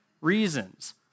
reasons